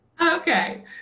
Okay